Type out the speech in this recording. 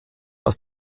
aus